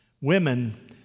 Women